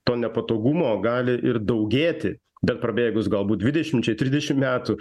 to nepatogumo gali ir daugėti bet prabėgus galbūt dvidešimčiai trisdešim metų